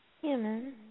Human